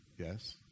Yes